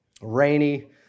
rainy